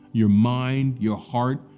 your mind, your heart,